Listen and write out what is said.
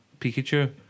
Pikachu